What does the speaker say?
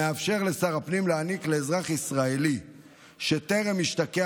המאפשר לשר הפנים להעניק לאזרח ישראלי שטרם השתקע